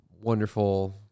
wonderful